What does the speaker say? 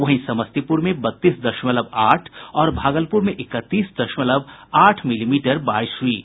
वहीं समस्तीपुर में बत्तीस दशमलव आठ और भागलुपर में इकतीस दशमलव आठ मिलीमीटर बारिश हुई है